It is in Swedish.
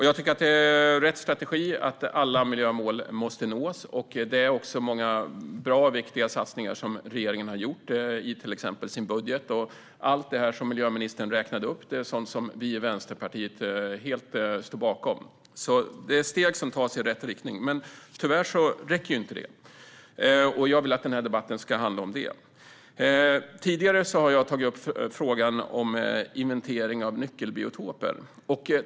Jag tycker att det är rätt strategi att alla miljömål måste nås, och regeringen har gjort många bra och viktiga satsningar, till exempel i sin budget. Allt det som miljöministern räknade upp är sådant som vi i Vänsterpartiet helt står bakom. Det tas alltså steg i rätt riktning, men tyvärr räcker inte detta, och jag vill att den här debatten ska handla om det. Tidigare har jag tagit upp frågan om inventering av nyckelbiotoper.